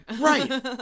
Right